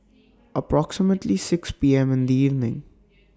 approximately six P M in The evening